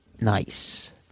Nice